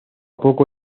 poco